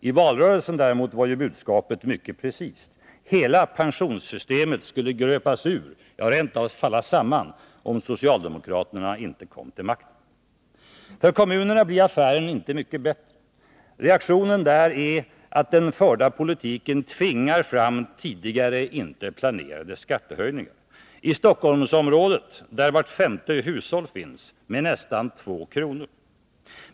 I valrörelsen däremot var budskapet mycket precist: hela pensionssystemet skulle gröpas ur, ja, rent av falla samman, om socialdemokraterna inté kom till makten. För kommunerna blir affären inte mycket bättre. Reaktionen där är att den förda politiken tvingar fram tidigare, inte planerade skattehöjningar — i Stockholmsområdet, där vart femte hushåll finns, med nästan två kronor.